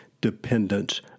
dependence